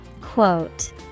Quote